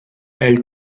elle